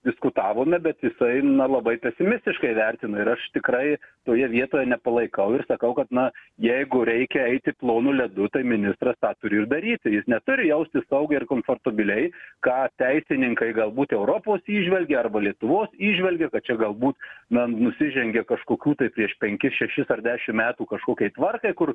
diskutavome bet jisai na labai pesimistiškai vertino ir aš tikrai toje vietoje nepalaikau ir sakau kad na jeigu reikia eiti plonu ledu tai ministras tą turi ir daryti jis neturi jaustis saugiai ir komfortabiliai ką teisininkai galbūt europos įžvelgia arba lietuvos įžvelgia kad čia galbūt na nusižengia kažkokių tai prieš penkis šešis ar dešimt metų kažkokiai tvarkai kur